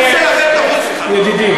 בעניין זה, חברים, סליחה, ידידים